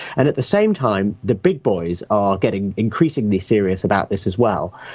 and at the same time the big boys are getting increasingly serious about this as well.